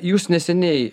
jūs neseniai